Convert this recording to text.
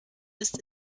ist